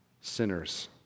sinners